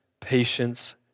patience